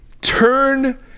turn